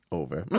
over